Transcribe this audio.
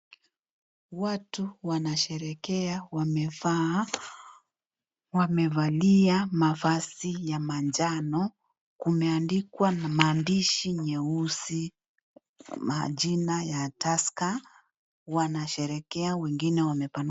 Watu wanasherehekea. Wamevaa, wamevalia mavazi ya manjano. Kumeandikwa na maandishi nyeusi, majina ya Tusker. Wanasherehekea wengine wamepanua...